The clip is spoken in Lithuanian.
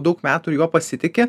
daug metų juo pasitiki